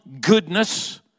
goodness